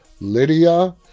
Lydia